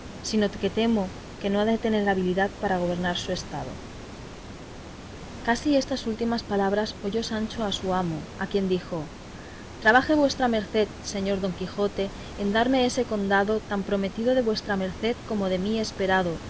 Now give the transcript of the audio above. ha prometido sino que temo que no ha de tener habilidad para gobernar su estado casi estas últimas palabras oyó sancho a su amo a quien dijo trabaje vuestra merced señor don quijote en darme ese condado tan prometido de vuestra merced como de mí esperado